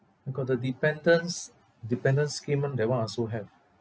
I got the dependants' dependants' scheme [one] that [one] also have